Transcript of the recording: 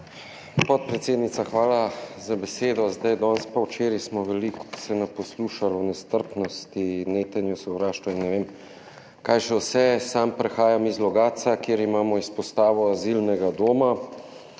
Podpredsednica, hvala za besedo. Danes pa včeraj smo veliko se nas poslušali o nestrpnosti, netenju sovraštva in ne vem kaj še vse. Sam prihajam iz Logatca, kjer imamo izpostavo azilnega doma.